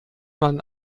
man